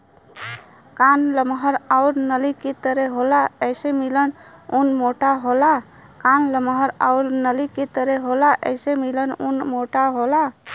कान लमहर आउर नली के तरे होला एसे मिलल ऊन मोटा होला